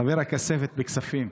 חבר הכספת בכספים.